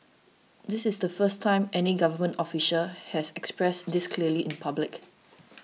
this is the first time any government official has expressed this clearly in public